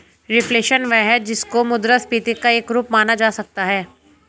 reflation वह है जिसको मुद्रास्फीति का एक रूप माना जा सकता है